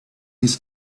his